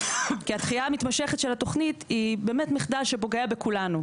כי הדחייה המתמשכת של התוכנית היא באמת מחדל שפוגע בכולנו,